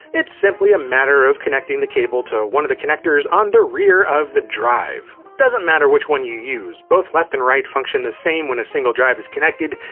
it's simply a matter of connecting the cable to one of the connectors on the rear of the drive. doesn't matter which one you use, both left and right function the same when a single drive is connected,